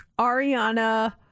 ariana